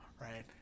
right